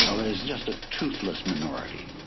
well, it's just a toothless minority.